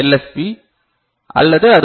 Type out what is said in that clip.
B அல்லது அது போல்